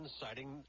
citing